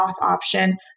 option